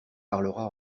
parlera